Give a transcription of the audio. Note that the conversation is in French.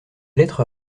lettres